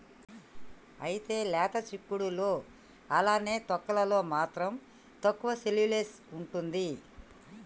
అయితే లేత సిక్కుడులో అలానే తొక్కలలో మాత్రం తక్కువ సెల్యులోస్ ఉంటుంది